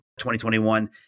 2021